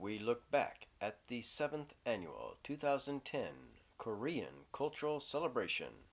we look back at the seventh annual two thousand and ten korean cultural celebration